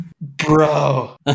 bro